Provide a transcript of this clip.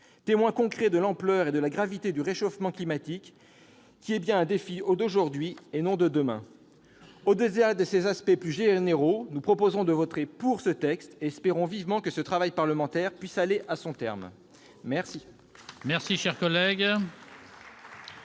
témoin concret de l'ampleur et de la gravité du réchauffement climatique, qui est bien un défi d'aujourd'hui et non de demain. Au-delà de ces aspects plus généraux, nous proposons de voter en faveur de ce texte et espérons vivement que ce travail parlementaire puisse aller à son terme. Bravo